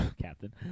Captain